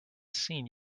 seen